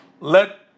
let